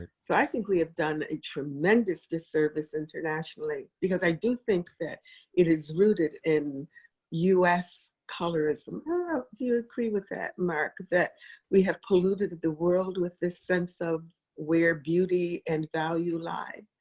so i think we have done a tremendous disservice internationally because i do think that it is rooted in us colorism. do you agree with that, mark, that we have polluted the world with this sense of where beauty and value lie?